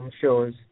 shows